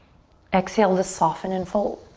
exhale, to soften and fold.